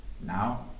Now